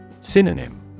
Synonym